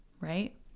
Right